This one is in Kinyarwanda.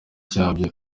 cyabyo